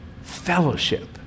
fellowship